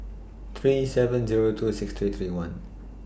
three seven Zero two six three three one